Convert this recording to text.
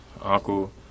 uncle